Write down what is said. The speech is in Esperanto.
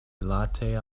rilate